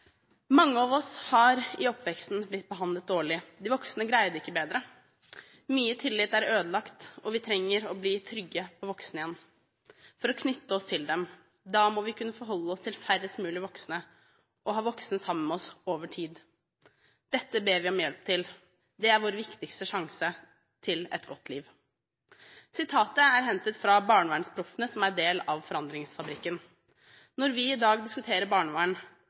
Mange av oss har i oppveksten blitt behandlet dårlig. De voksne greide ikke bedre. Mye tillit er ødelagt, og vi trenger å bli trygge på voksne igjen for å knytte oss til dem. Da må vi kunne forholde oss til færrest mulig voksne og ha voksne sammen med oss over tid. Dette ber vi om hjelp til. Det er vår viktigste sjanse til et godt liv. Dette er hentet fra Barnevernsproffene, som er en del av Forandringsfabrikken. Når vi i dag diskuterer